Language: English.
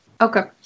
Okay